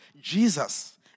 Jesus